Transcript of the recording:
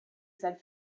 said